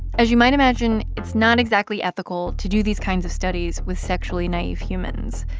as you might imagine, it's not exactly ethical to do these kinds of studies with sexually naive humans.